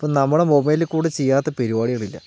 ഇപ്പോൾ നമ്മുടെ മൊബൈലിൽക്കൂടി ചെയ്യാത്ത പരിപാടികളില്ല